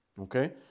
Okay